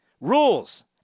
rules